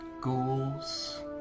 ghouls